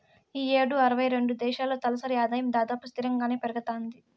ఈ యేడు అరవై రెండు దేశాల్లో తలసరి ఆదాయం దాదాపు స్తిరంగానే పెరగతాంది